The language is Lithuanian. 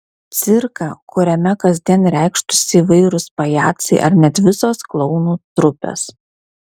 cirką kuriame kasdien reikštųsi įvairūs pajacai ar net visos klounų trupės